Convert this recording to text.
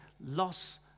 loss